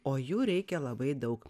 o jų reikia labai daug